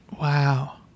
Wow